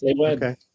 Okay